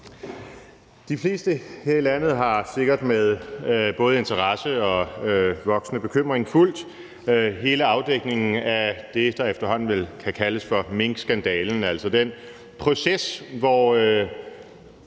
De fleste her i landet har sikkert med både interesse og voksende bekymring fulgt hele afdækningen af det, der efterhånden vel kan kaldes for minkskandalen, altså den proces, hvor